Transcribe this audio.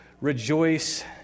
rejoice